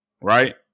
right